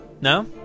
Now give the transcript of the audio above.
No